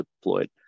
deployed